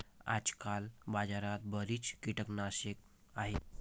आजकाल बाजारात बरीच कीटकनाशके आहेत